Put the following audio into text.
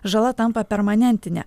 žala tampa permanentine